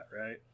right